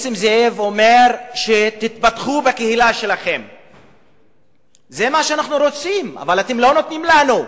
זה מה שאנחנו רוצים, אבל אתם לא נותנים לנו.